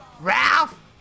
Ralph